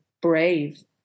brave